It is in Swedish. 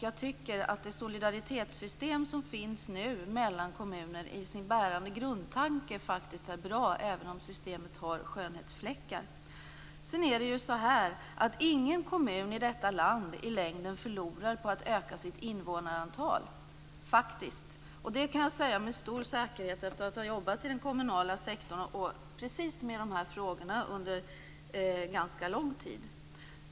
Jag tycker att det solidaritetssystem som finns nu mellan kommuner i sin bärande grundtanke faktiskt är bra, även om systemet har skönhetsfläckar. Det är vidare så att ingen kommun i vårt land i längden förlorar på att öka sitt invånarantal. Det kan jag säga med stor säkerhet efter att ha arbetat i den kommunala sektorn just med dessa frågor under ganska lång tid.